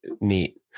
neat